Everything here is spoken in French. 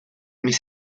mais